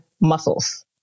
muscles